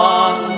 on